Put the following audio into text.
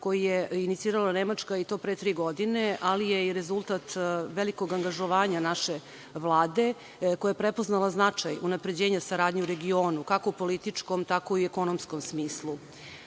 koji je inicirala Nemačka i to pre tri godine, ali je i rezultat velikog angažovanja naše Vlade koja je prepoznala značaj unapređenja saradnje u regionu, kako u političkom tako i u ekonomskom smislu. Prvi